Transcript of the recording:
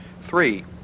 Three